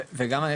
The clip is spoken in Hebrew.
וגם אני